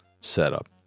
setup